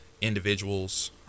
individuals